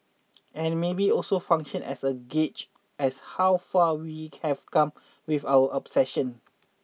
and maybe also function as a gauge as how far we have come with our obsession